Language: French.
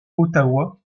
ottawa